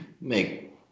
make